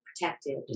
protected